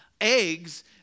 eggs